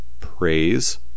praise